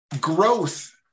Growth